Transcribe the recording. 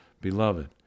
Beloved